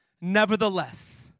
nevertheless